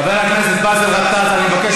חבר הכנסת באסל גטאס, אני מבקש